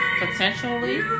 potentially